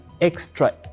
extra